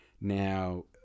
Now